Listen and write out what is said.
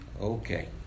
okay